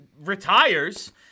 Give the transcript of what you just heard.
retires